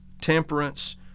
temperance